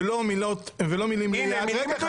ולא מילים --- הינה --- רגע,